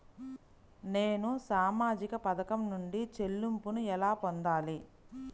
నేను సామాజిక పథకం నుండి చెల్లింపును ఎలా పొందాలి?